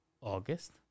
August